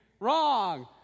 Wrong